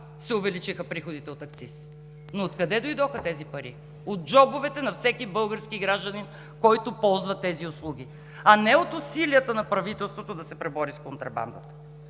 се увеличиха приходите от акциз! Но откъде дойдоха тези пари – от джобовете на всеки български гражданин, който ползва тези услуги, а не от усилията на правителството да се пребори с контрабандата?